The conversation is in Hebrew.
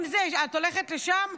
אם את הולכת לשם,